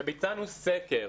וביצענו סקר.